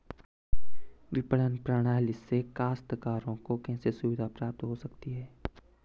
विपणन प्रणाली से काश्तकारों को कैसे सुविधा प्राप्त हो सकती है?